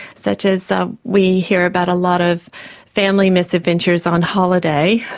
such as we hear about a lot of family misadventures on holiday,